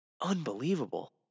Unbelievable